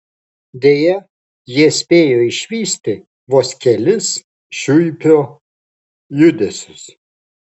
deja jie spėjo išvysti vos kelis šiuipio judesius